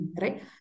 right